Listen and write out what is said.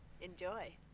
enjoy